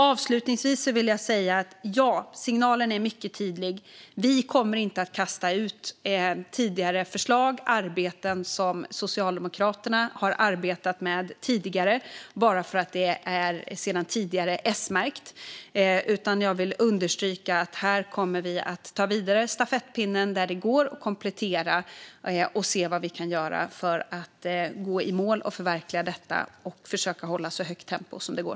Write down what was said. Avslutningsvis vill jag säga att signalen är mycket tydlig: Regeringen kommer inte att kasta ut förslag som Socialdemokraterna har arbetat med tidigare bara för att de är S-märkta. Jag vill understryka att vi tar stafettpinnen vidare där det går, kompletterar och ser vad vi kan göra för att gå i mål och förverkliga detta och försöka hålla så högt tempo som det går.